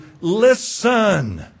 Listen